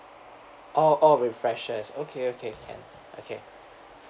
oh oh refreshes okay okay can okay